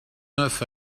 neuf